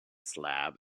slab